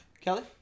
Kelly